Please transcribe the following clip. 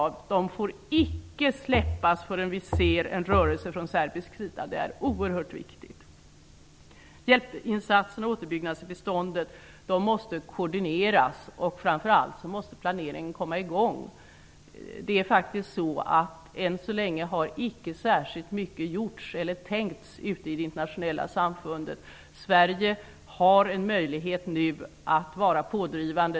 Det får icke släppas innan vi ser en rörelse från serbisk sida. Det är oerhört viktigt. Hjälpinsatserna och återuppbyggnadsbiståndet måste koordineras. Planeringen måste framför allt komma i gång. Än så länge har icke särskilt mycket gjorts eller tänkts i det internationella samfundet. Vi i Sverige har nu en möjlighet att vara pådrivande.